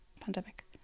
pandemic